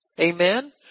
Amen